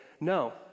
no